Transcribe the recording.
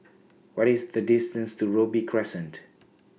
What IS The distance to Robey Crescent